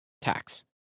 tax